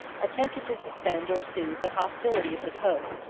attempted to suspend or soothe the hostility of the pope,